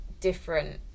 different